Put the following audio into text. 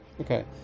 Okay